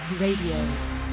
Radio